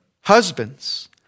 husbands